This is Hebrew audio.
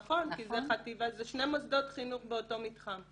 נכון, כי זה שני מוסדות חינוך באותו מתחם.